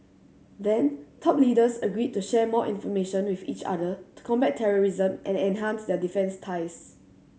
then top leaders agreed to share more information with each other to combat terrorism and enhance their defence ties